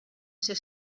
ser